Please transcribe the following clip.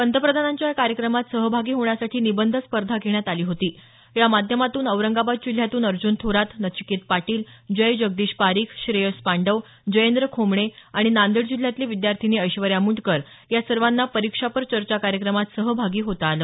पंतप्रधानांच्या या कार्यक्रमात सहभागी होण्यासाठी निबंध स्पर्धा घेण्यात आली होती या माध्यमातून औरंगाबाद जिल्ह्यातून अर्जुन थोरात नचिकेत पाटील जय जगदीश पारीख श्रेयस पांडव जयेंद्र खोमणे आणि नांदेड जिल्ह्यातली विद्यार्थिनी ऐश्वर्या मुंडकर या सर्वांना परीक्षा पर चर्चा कार्यक्रमात सहभागी होता आलं